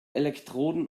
elektroden